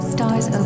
Stars